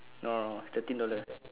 no no no thirteen dollar